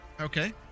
okay